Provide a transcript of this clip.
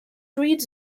reads